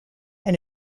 and